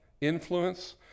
Influence